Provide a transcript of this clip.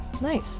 Nice